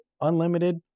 unlimited